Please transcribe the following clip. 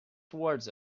towards